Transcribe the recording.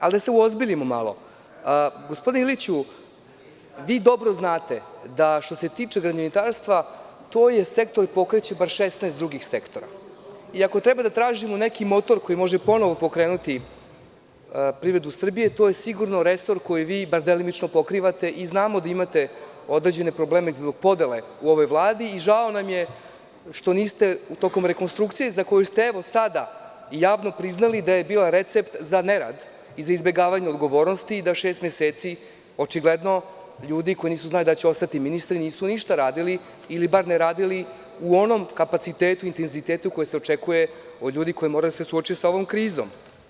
Da se uozbiljimo malo, gospodine Iliću, vi dobro znate da što se tiče gradinarstva, to je sektor koji pokreće bar 16 drugih sektora i ako treba da tražimo neki motor koji može ponovo pokrenuti privredu Srbije, to je sigurno resor koji vi bar delimično pokrivate i znamo da imate određene probleme zbog podele u ovoj Vladi i žao nam je što niste tokom rekonstrukcije, za koju ste evo sada javno priznali da je bila recept za nerad i za izbegavanje odgovornosti, da šest meseci ljudi koji očigledno nisu znali da li će ostati ministri, nisu ništa radili ili bar ne radili u onom kapacitetu i intenzitetu koji se očekuje od ljudi koji moraju da se suoče sa ovom krizom.